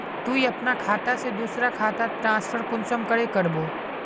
तुई अपना खाता से दूसरा खातात ट्रांसफर कुंसम करे करबो?